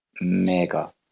mega